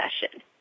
session